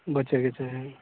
बचैके चाही